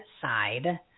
side